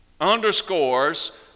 underscores